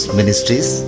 Ministries